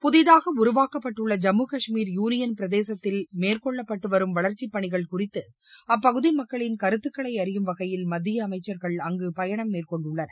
புதிதாக உருவாக்கப்பட்டுள்ள ஜம்மு காஷ்மீர் யூளியள் பிரதேசத்தில் மேற்கொள்ளப்பட்டு வரும் வளர்ச்சிப் பணிகள் குறித்து அப்பகுதி மக்களின் கருத்துக்களை அறியும் வகையில் மத்திய அமைச்சர்கள் அங்கு பயணம் மேற்கொண்டுள்ளனர்